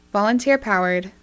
Volunteer-powered